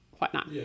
whatnot